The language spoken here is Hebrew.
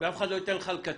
ואף אחד לא יתן לך לקצץ.